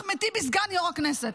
אחמד טיבי סגן יו"ר הכנסת.